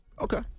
Okay